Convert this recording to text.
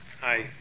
Hi